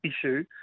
issue